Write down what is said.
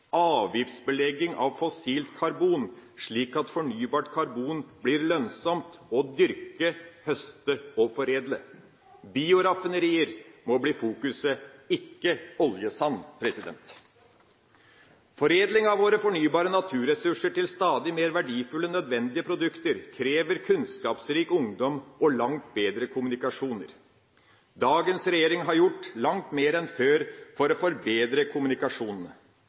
avgiftsbelegging av fossilt karbon, slik at fornybart karbon blir lønnsomt å dyrke, høste og foredle. Bioraffinerier må bli fokuset, ikke oljesand. Foredling av våre fornybare naturressurser til stadig mer verdifulle nødvendige produkter krever kunnskapsrik ungdom og langt bedre kommunikasjoner. Dagens regjering har gjort langt mer enn før for å forbedre kommunikasjonene.